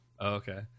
okay